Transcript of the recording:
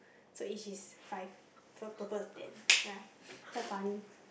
so each is five so total is ten ya quite funny